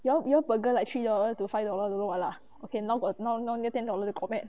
you you burger like three dollar to five dollars don't know what lah okay now got now now near ten dollars got meh